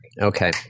Okay